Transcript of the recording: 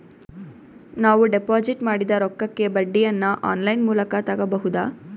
ನಾವು ಡಿಪಾಜಿಟ್ ಮಾಡಿದ ರೊಕ್ಕಕ್ಕೆ ಬಡ್ಡಿಯನ್ನ ಆನ್ ಲೈನ್ ಮೂಲಕ ತಗಬಹುದಾ?